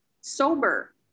sober